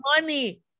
money